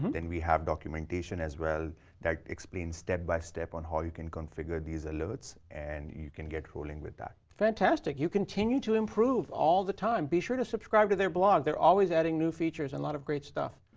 then, we have documentation as well that explains step-by-step on how you can configure these alerts and you can get cooling with that. fantastic. you continue to improve all the time. be sure to subscribe to their blog. they're always adding new features and lot of great stuff.